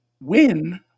win